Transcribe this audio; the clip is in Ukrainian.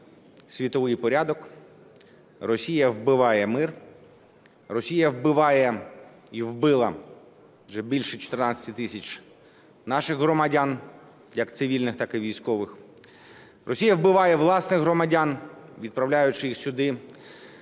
світовий порядок, Росія вбиває мир, Росія вбиває і вбила вже більше 14 тисяч наших громадян, як цивільних, так і військових. Росія вбиває власних громадян, відправляючи їх сюди